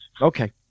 Okay